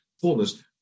fullness